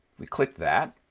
we click that